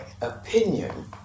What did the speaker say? opinion